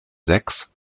sechs